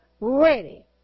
ready